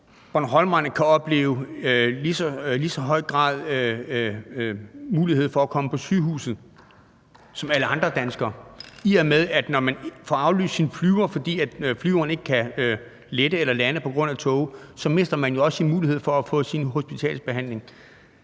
bornholmerne i lige så høj grad har mulighed for at komme på sygehuset som alle andre danskere? Hvis man får aflyst sit fly, fordi det ikke kan lette eller lande på grund af tåge, så mister man også sin mulighed for at få sin hospitalsbehandling.